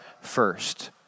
first